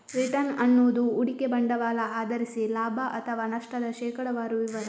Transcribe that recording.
return ಅನ್ನುದು ಹೂಡಿಕೆ ಬಂಡವಾಳ ಆಧರಿಸಿ ಲಾಭ ಅಥವಾ ನಷ್ಟದ ಶೇಕಡಾವಾರು ವಿವರ